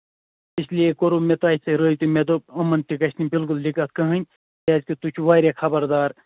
اس لیے کوٚروٕ مےٚ تۄہہِ سۭتۍ رٲبطہٕ مےٚ دوٚپ یِمَن تہِ گژھِ نہٕ بِلکُل دِقت کٔہیٖنٛۍ کیٛازِ کہِ تُہۍ چھِو واریاہ خبردار